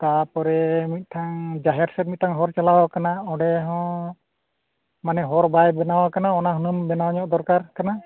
ᱛᱟᱨᱯᱚᱨᱮ ᱢᱤᱫᱴᱟᱝ ᱡᱟᱦᱮᱨ ᱥᱮᱫ ᱢᱤᱫᱴᱟᱝ ᱦᱚᱨ ᱪᱟᱞᱟᱣ ᱠᱟᱱᱟ ᱚᱸᱰᱮ ᱦᱚᱸ ᱢᱟᱱᱮ ᱦᱚᱨ ᱵᱟᱭ ᱵᱮᱱᱟᱣ ᱠᱟᱱᱟ ᱚᱱᱟ ᱦᱩᱱᱟᱹᱝ ᱵᱮᱱᱟᱣ ᱧᱚᱜ ᱫᱚᱨᱠᱟᱨ ᱠᱟᱱᱟ